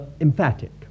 emphatic